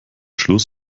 schluss